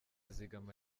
zigama